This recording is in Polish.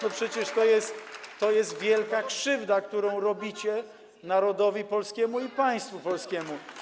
No przecież to jest wielka krzywda, którą robicie narodowi polskiemu i państwu polskiemu.